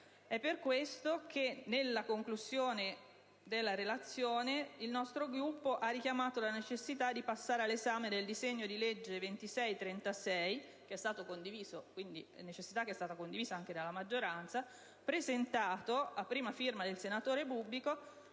È per questo che, nella conclusione della relazione, il nostro Gruppo ha richiamato la necessità di passare all'esame del disegno di legge n. 2636 - necessità che è stata condivisa quindi anche dalla maggioranza - a prima firma del senatore Bubbico,